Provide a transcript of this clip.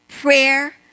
Prayer